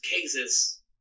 cases